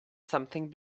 something